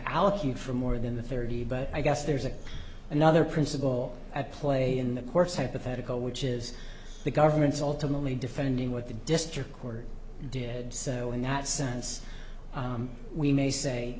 allocute for more than the thirty but i guess there's a another principle at play in the course hypothetical which is the government's ultimately defending what the district court did so in that sense we may say